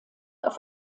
auf